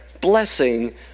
blessing